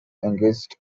engaged